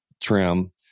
trim